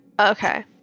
Okay